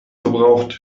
verbraucht